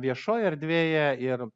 viešoj erdvėje ir